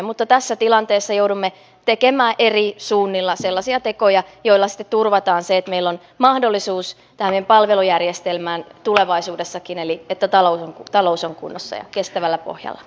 mutta tässä tilanteessa joudumme tekemään eri suunnilla sellaisia tekoja joilla sitten turvataan se että meillä on mahdollisuus tähän meidän palvelujärjestelmään tulevaisuudessakin eli että talous on kunnossa ja kestävällä pohjalla